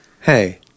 hey